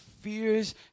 fears